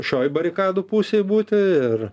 šioj barikadų pusėj būti ir